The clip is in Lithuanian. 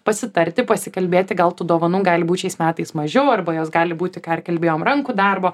pasitarti pasikalbėti gal tų dovanų gali būti šiais metais mažiau arba jos gali būti ka ir kalbėjom rankų darbo